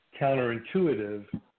counterintuitive